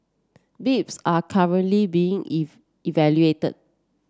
bids are currently being if evaluated